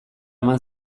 eman